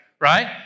Right